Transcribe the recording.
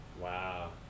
Wow